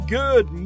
good